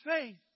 faith